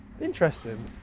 Interesting